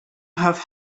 have